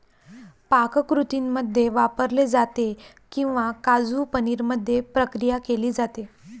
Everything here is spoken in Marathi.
पाककृतींमध्ये वापरले जाते किंवा काजू पनीर मध्ये प्रक्रिया केली जाते